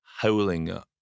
howling